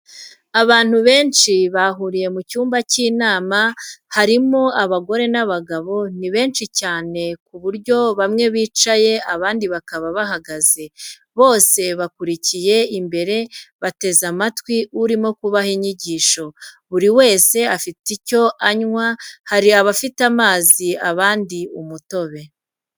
Abantu benshi bahuriye mu cyumba cy'inama, harimo abagore n'abagabo ni benshi cyane ku buryo bamwe bicaye abandi bakaba bahagaze, bose bakurikiye imbere bateze amatwi urimo kubaha inyigisho, buri wese afite icyo anywa, hari abafite amazi abandi umutobe.